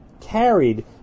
carried